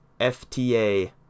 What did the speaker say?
FTA-